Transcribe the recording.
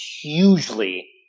hugely